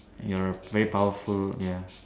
ya very powerful ya